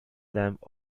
lamp